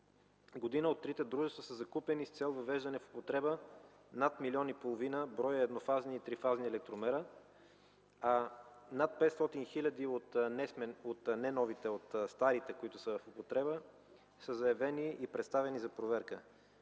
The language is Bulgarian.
г., от трите дружества са закупени с цел въвеждане в употреба над 1,5 млн. бр. еднофазни и трифазни електромера, а над 500 хиляди от старите, които са в употреба, са заявени и представени за проверка.